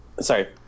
sorry